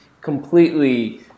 completely